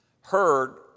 heard